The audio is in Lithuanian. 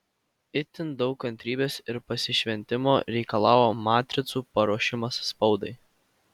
itin daug kantrybės ir pasišventimo reikalavo matricų paruošimas spaudai